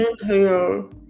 inhale